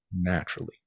naturally